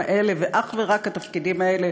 ואך ורק התפקידים האלה,